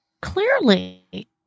Clearly